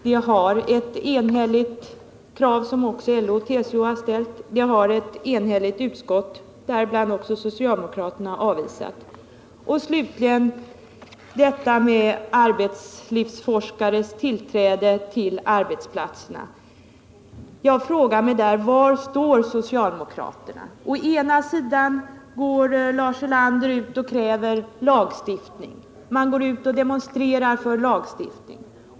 Vi har ställt det kravet som också LO och TCO står bakom. Men ett enhälligt utskott, däribland också socialdemokraterna, har avvisat kravet. Slutligen arbetslivsforskares tillträde till arbetsplatserna. Jag frågor mig: Var står socialdemokraterna? Å ena sidan går Lars Ulander ut och kräver lagstiftning. Fackföreningsrörelsen demonstrerar också för detta.